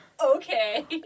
okay